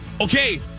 Okay